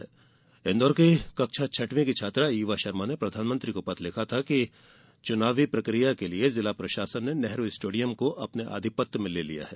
गौरतलब है कि इंदौर की कक्षा छठवीं की छात्रा ईवा शर्मा ने प्रधानमंत्री को पत्र लिखा था कि चुनावी प्रक्रिया के लिए जिला प्रशासन ने नेहरू स्टेडियम को अपने आधिपत्य में ले लिया है